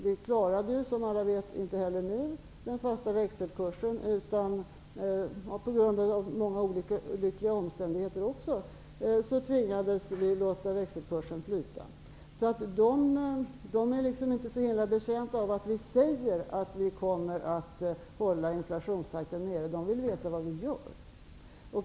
Vi klarade, som alla vet, inte heller nu den fasta växelkursen. På grund av många olyckliga omständigheter tvingades vi låta växelkursen flyta. De är liksom inte betjänta av att vi säger att vi kommer att hålla inflationstakten nere. De vill veta vad vi gör.